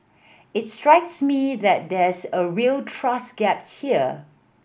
it strikes me that there's a real trust gap here